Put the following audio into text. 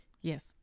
Yes